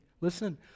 Listen